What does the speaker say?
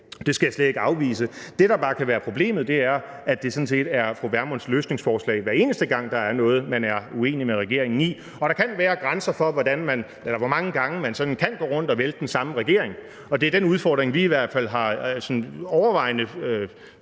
det skal jeg slet ikke afvise, men det, der bare kan være problemet, er, at det sådan set er fru Pernille Vermunds løsningsforslag, hver eneste gang der er noget, man er uenig med regeringen i, og der kan være grænser for, hvor mange gange man kan gå rundt og vælte den samme regering, og det er den udfordring, vi i hvert fald er løbet ind